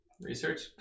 Research